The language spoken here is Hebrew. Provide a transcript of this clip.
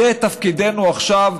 זה תפקידנו עכשיו,